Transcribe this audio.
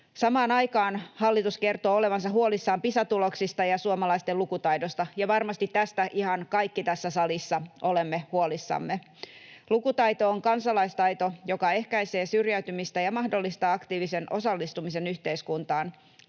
Samaan aikaan hallitus kertoo olevansa huolissaan Pisa-tuloksista ja suomalaisten lukutaidosta, ja varmasti näistä ihan kaikki tässä salissa olemme huolissamme. Lukutaito on kansalaistaito, joka ehkäisee syrjäytymistä ja mahdollistaa aktiivisen osallistumisen yhteiskuntaan.